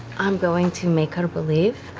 i'm going to make her believe